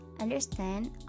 understand